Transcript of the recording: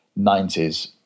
90s